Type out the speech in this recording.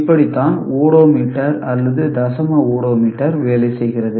இப்படி தான் ஓடோமீட்டர் அல்லது தசம ஓடோமீட்டர் வேலை செய்கிறது